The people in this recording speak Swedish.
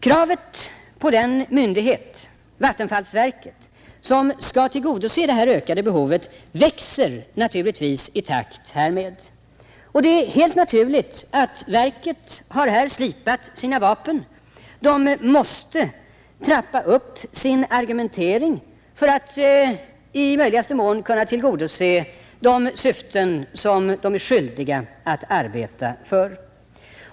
Kravet på vattenfallsverket — den myndighet som skall tillgodose det ökade behovet — växer i takt härmed. Det är helt naturligt att verket här har slipat sina vapen. Det måste trappa upp sin argumentering för att i möjligaste mån kunna tillgodose de syften som det är skyldigt att arbeta för.